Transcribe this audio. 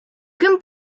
ким